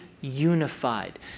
unified